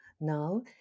Now